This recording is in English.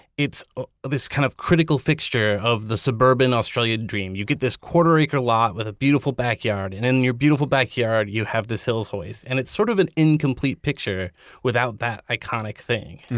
it's ah this kind of critical fixture of the suburban, australian dream. you get this quarter acre lot with a beautiful backyard, and in your beautiful backyard, you have this hills hoist. and it's sort of an incomplete picture without that iconic thing.